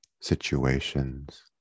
situations